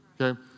okay